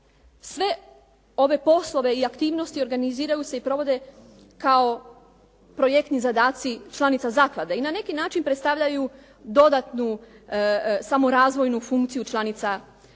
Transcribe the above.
Sve ove poslove i aktivnosti organiziraju se i provode kao projektni zadaci članica zaklade i na neki način predstavljaju dodatnu samorazvojnu funkciju članica a zaklade